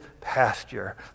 pasture